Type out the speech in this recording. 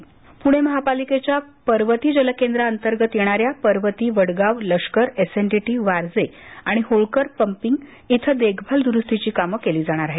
पूणे महापालिकेच्या पर्वती जलकेंद्राअंतर्ग येणाऱ्या पर्वती वडगाव लष्कर एसएनडीटी वारजे आणि होळकर पंपिंग क्रि देखभाल दुरुस्तीची कामं केली जाणार आहेत